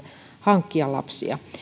hankkia lapsia